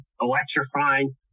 electrifying